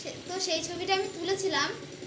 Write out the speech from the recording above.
তো সেই ছবি টা আমি তুলেছিলাম